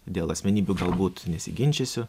dėl asmenybių galbūt nesiginčysiu